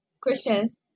questions